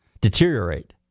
deteriorate